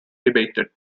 debated